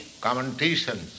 commentations